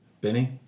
Benny